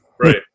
Right